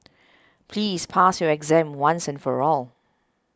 please pass your exam once and for all